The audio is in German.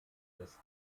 des